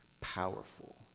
powerful